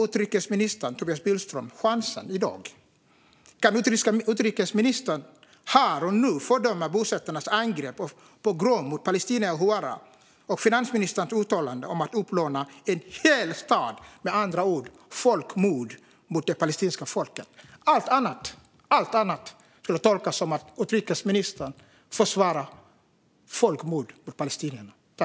Utrikesminister Tobias Billström får chansen i dag. Kan utrikesministern här och nu fördöma bosättarnas angrepp och pogrom mot Palestina och Huwara samt finansministerns uttalande om att utplåna en hel stad, som med andra ord skulle vara ett folkmord på det palestinska folket? Allt annat skulle tolkas som att utrikesministern försvarar folkmord på palestinierna.